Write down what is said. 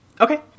Okay